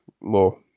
more